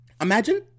Imagine